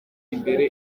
imbere